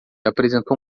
apresentou